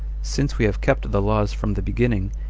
since we have kept the laws from the beginning,